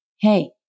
Hey